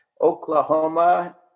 Oklahoma